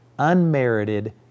unmerited